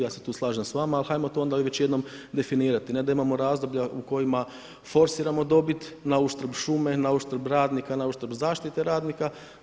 Ja se tu slažem sa vama, ali hajmo to onda već jednom definirati, ne da imamo razdoblja u kojima forsiramo dobit na uštrb šume, na uštrb radnika, na uštrb zaštite radnika.